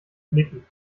knicken